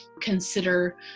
consider